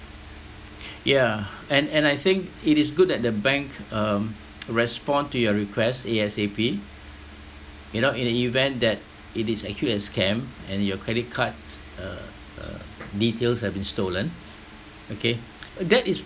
yeah and and I think it is good that the bank um respond to your request A_S_A_P you know in the event that it is actually a scam and your credit card uh uh details have been stolen okay that is